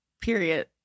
Period